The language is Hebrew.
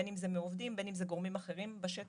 בין אם זה מעובדים ובין אם זה מגורמים אחרים בשטח.